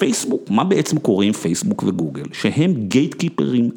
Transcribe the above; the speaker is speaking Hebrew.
פייסבוק? מה בעצם קוראים פייסבוק וגוגל, שהם גייטקיפרים?